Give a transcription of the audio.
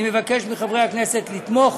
אני מבקש מחברי הכנסת לתמוך